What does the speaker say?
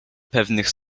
pewnych